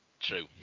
True